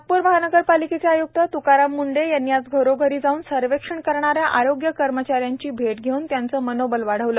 नागपूर महानगरपालिकेचे आयुक्त तुकाराम मुंढे यांनी आज घरोघरी जाऊन सर्वेक्षण करणाऱ्या आरोग्य कर्मचाऱ्यांची भेट घेऊन त्यांचे मनोबल वाढविले